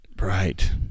Right